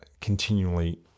continually